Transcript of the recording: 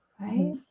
right